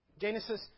Genesis